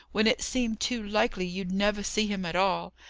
when it seemed too likely you'd never see him at all.